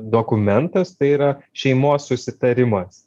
dokumentas tai yra šeimos susitarimas